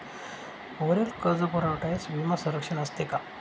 वरील कर्जपुरवठ्यास विमा संरक्षण असते का?